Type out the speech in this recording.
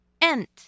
Ent